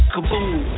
Kaboom